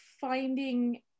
finding